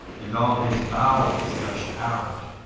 and all his bowels gushed out.